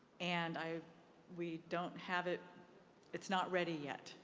and we don't have it it's not ready yet.